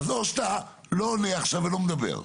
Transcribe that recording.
אז או שאתה לא עונה עכשיו ולא מדבר.